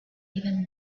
even